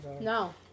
No